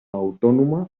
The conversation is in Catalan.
autònoma